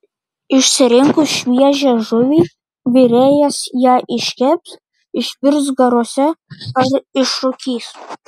išsirinkus šviežią žuvį virėjas ją iškeps išvirs garuose ar išrūkys